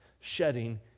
shedding